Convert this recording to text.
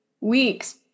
weeks